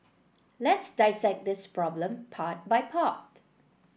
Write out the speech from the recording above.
let's dissect this problem part by part